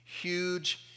Huge